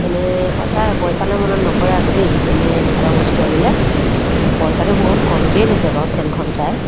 মানে সঁচাই পইচালৈ মনত নপৰে আকৌ দেই মানে এনেকুৱা বস্তু আনিলে পইচাটো বহুত কমকৈয়ে লৈছে বাৰু ফেনখন চাই